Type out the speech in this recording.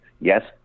Yes